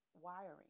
wiring